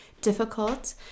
difficult